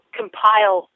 compile